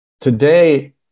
Today